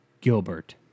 Gilbert